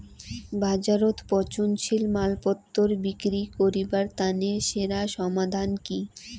বাজারত পচনশীল মালপত্তর বিক্রি করিবার তানে সেরা সমাধান কি?